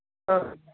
ಹಾಂ